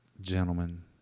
gentlemen